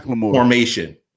formation